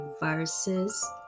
verses